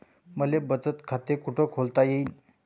मले बचत खाते कुठ खोलता येईन?